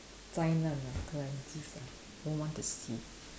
灾难 ah calamities ah won't want to see